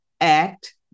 Act